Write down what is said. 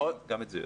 אני יודע.